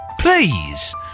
please